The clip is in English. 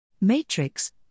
Matrix